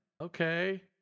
okay